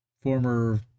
former